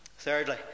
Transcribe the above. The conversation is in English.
Thirdly